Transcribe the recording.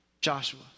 Joshua